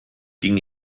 ging